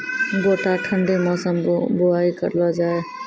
गोटा ठंडी मौसम बुवाई करऽ लो जा?